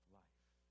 life